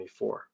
24